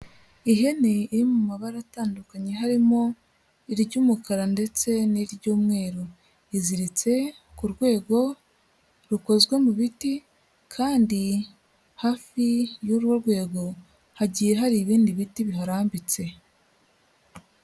Ihene iri mu mabara atandukanye harimo iry'umukara ndetse n'iry'umweru. Iriziritse ku rwego rukozwe mu biti kandi hafi y'urwo rwego, hagiye hari ibindi biti biharambitse.